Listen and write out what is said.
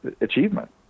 achievement